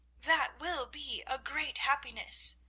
that will be a great happiness.